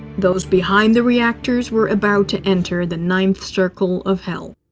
those behind the reactors were about to enter the ninth circle of hell.